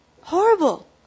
Horrible